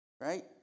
right